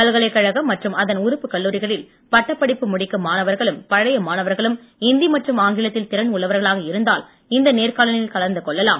பல்கலைக்கழகம் மற்றும் அதன் உறுப்பு கல்லூரிகளில் பட்டப்படிப்பு முடிக்கும் மாணவர்களும் பழைய மாணவர்களும் இந்தி மற்றும் ஆங்கிலத்தில் திறன் உள்ளவர்களாக இருந்தால் இந்த நேர்காணலில் கலந்து கொள்ளலாம்